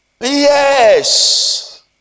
Yes